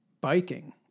biking